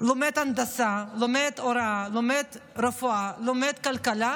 לומד הנדסה, לומד הוראה, לומד רפואה, לומד כלכלה,